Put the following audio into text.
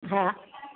હાં